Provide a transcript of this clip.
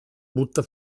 butta